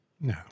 No